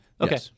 Okay